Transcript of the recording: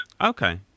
Okay